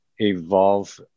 evolve